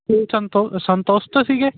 ਅਤੇ ਸੰਤੋ ਸੰਤੁਸ਼ਟ ਸੀਗੇ